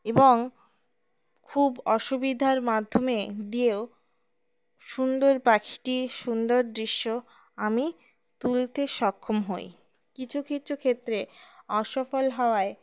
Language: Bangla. এবং খুব অসুবিধার মাধ্যমে দিয়েও সুন্দর পাখিটির সুন্দর দৃশ্য আমি তুলতে সক্ষম হই কিছু কিছু ক্ষেত্রে অসফল হওয়ায়